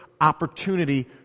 opportunity